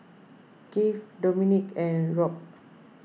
Kieth Dominque and Rob